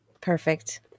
Perfect